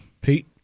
Pete